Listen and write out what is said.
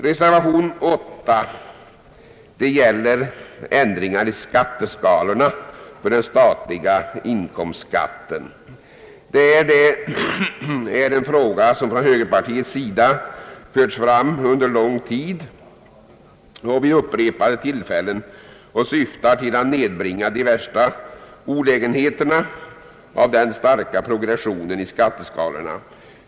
Reservation nr 8 gäller ändring av skatteskalorna för den statliga inkomstskatten. Det är en fråga som högerpartiet fört fram under lång tid och vid upprepade tillfällen. Ändringen syftar till att avlägsna de värsta olägenheterna av den starka progressionen i skatteskalorna.